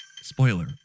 Spoiler